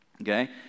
okay